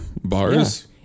bars